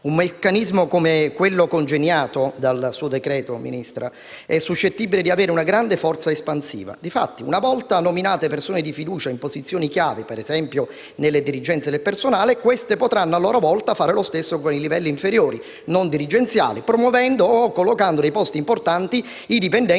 un meccanismo come quello congegnato dal suo decreto è suscettibile di avere una grande forza espansiva. Difatti, una volta nominate persone di fiducia in posizioni chiave - penso ad esempio alle dirigenze del personale - queste potranno a loro volta fare lo stesso con i livelli inferiori, non dirigenziali, promuovendo o collocando nei posti importanti i dipendenti